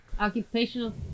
Occupational